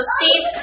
Steve